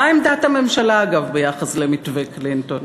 מה עמדת הממשלה, אגב, ביחס למתווה קלינטון?